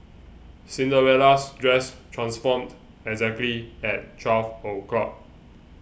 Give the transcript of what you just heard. Cinderella's dress transformed exactly at twelve o'clock